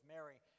Mary